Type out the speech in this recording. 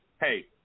hey